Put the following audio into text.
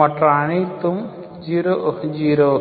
மற்ற அனைத்தும் 0